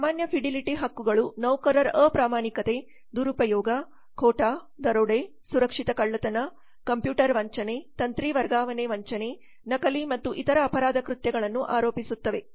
ಸಾಮಾನ್ಯ ಫಿಡೆಲಿಟಿ ಹಕ್ಕುಗಳು ನೌಕರರ ಅಪ್ರಾಮಾಣಿಕತೆ ದುರುಪಯೋಗ ಖೋಟಾ ದರೋಡೆ ಸುರಕ್ಷಿತ ಕಳ್ಳತನ ಕಂಪ್ಯೂಟರ್ ವಂಚನೆ ತಂತಿ ವರ್ಗಾವಣೆ ವಂಚನೆ ನಕಲಿ ಮತ್ತು ಇತರ ಅಪರಾಧ ಕೃತ್ಯಗಳನ್ನು ಆರೋಪಿಸುತ್ತವೆ